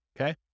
Okay